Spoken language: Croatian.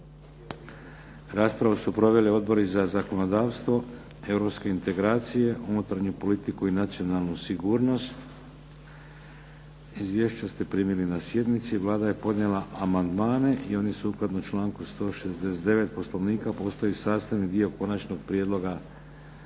Raspravu su proveli Odbori za zakonodavstvo, Europske integracije, unutarnju politiku i nacionalnu sigurnost. Izvješća ste primili na sjednici. Vlada je podnijela amandmane i oni sukladno članku 169. Poslovnika postaju sastavni dio konačnog prijedloga